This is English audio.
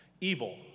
Evil